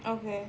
okay